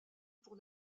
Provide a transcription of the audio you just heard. pour